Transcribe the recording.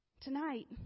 Tonight